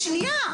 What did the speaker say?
שנייה.